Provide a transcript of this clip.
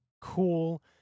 cool